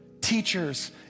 teachers